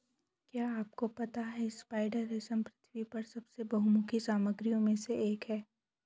क्या आपको पता है स्पाइडर रेशम पृथ्वी पर सबसे बहुमुखी सामग्रियों में से एक है?